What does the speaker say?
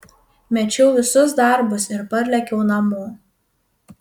mečiau visus darbus ir parlėkiau namo